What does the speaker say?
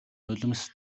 нулимс